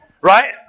Right